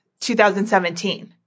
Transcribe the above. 2017